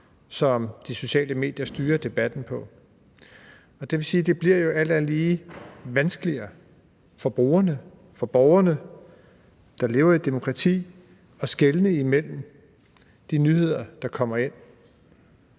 som de sociale medier styrer debatten ud fra. Det vil sige, at det jo alt andet lige bliver vanskeligere for brugerne, for borgerne, der lever i et demokrati, at skelne imellem de nyheder, der kommer ind.